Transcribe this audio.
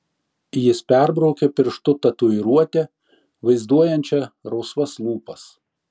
jis perbraukė pirštu tatuiruotę vaizduojančią rausvas lūpas